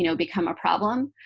you know become a problem.